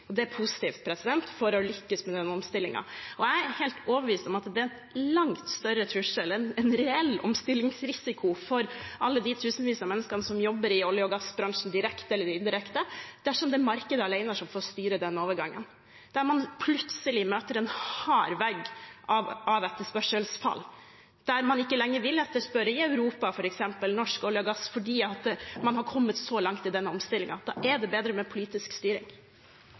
Det er positivt for at vi skal lykkes med den omstillingen. Jeg er helt overbevist om at det er en langt større trussel, en reell omstillingsrisiko for alle de tusenvis av mennesker som jobber i olje- og gassbransjen direkte eller indirekte, dersom det er markedet alene som får styre den overgangen, der man plutselig møter en hard vegg av etterspørselsfall, der man ikke lenger i Europa, f.eks., vil etterspørre norsk olje og gass fordi man har kommet så langt i denne omstillingen. Da er det bedre med politisk styring.